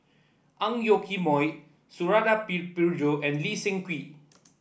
Ang Yoke Mooi Suradi Parjo and Lee Seng Wee